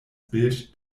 bild